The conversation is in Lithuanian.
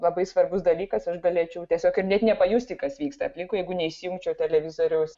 labai svarbus dalykas aš galėčiau tiesiog ir net nepajusti kas vyksta aplinkui jeigu neįsijungčiau televizoriaus